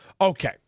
Okay